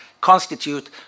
constitute